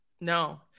no